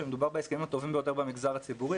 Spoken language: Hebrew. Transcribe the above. כשמדובר בהסכמים הטובים ביותר במגזר הציבורי.